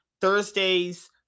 Thursdays